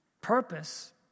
purpose